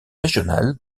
régional